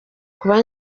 kuba